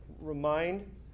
remind